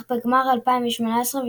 אחד בגמר 2018,